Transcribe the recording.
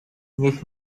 niech